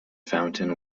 fountain